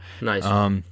Nice